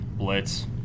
Blitz